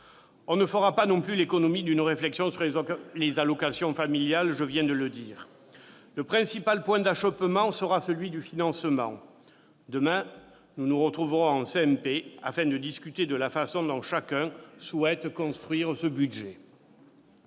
On ne fera pas non plus l'économie d'une réflexion sur les allocations familiales, je le répète. Le principal point d'achoppement sera le financement. Demain, nous nous retrouverons en commission mixte paritaire, afin de discuter de la façon dont chacun souhaite construire ce budget.